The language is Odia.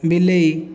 ବିଲେଇ